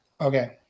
Okay